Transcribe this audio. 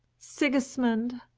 sigismund!